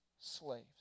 slaves